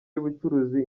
y’ubucuruzi